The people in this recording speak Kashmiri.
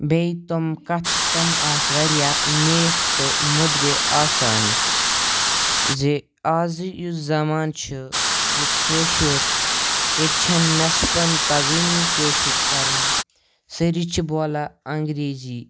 بیٚیہِ تِم کَتھٕ تِم آس واریاہ میٖٹھ تہٕ مٔدرِ آسان زِ آزٕ یُس زَمانہٕ چھُ یہِ کأشُر ییٚتہِ چھَنہٕ نٮ۪صبَن تَگٲنی کٲشُر کَرُن سٲری چھِ بولان انٛگریٖزی